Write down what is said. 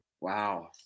wow